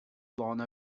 lona